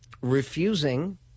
refusing